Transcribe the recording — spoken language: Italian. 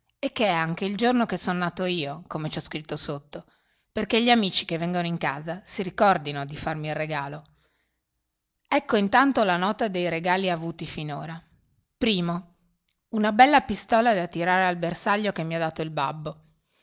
e che è anche il giorno che son nato io come ci ho scritto sotto perché gli amici che vengono in casa si ricordino di farmi il regalo ecco intanto la nota dei regali avuti finora l una bella pistola da tirare al bersaglio che mi ha dato il babbo